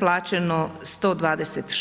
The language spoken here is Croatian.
plaćeno 126.